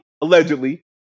allegedly